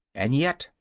and yet,